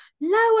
lower